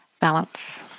balance